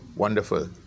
Wonderful